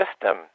system